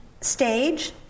stage